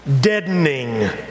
deadening